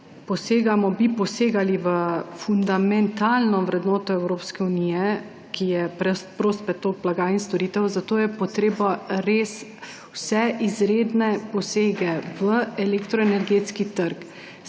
poseganjem bi posegali v fundamentalno vrednoto Evropske unije, ki je prost pretok blaga in storitev, zato je treba res vse izredne posege v elektroenergetski trg